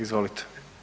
Izvolite.